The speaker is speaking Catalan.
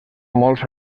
molts